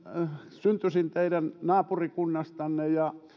syntyisin teidän naapurikunnastanne ja